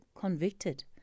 convicted